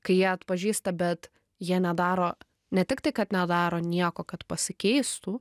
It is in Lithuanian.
kai jie atpažįsta bet jie nedaro ne tik tai kad nedaro nieko kad pasikeistų